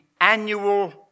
annual